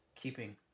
keeping